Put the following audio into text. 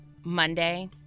Monday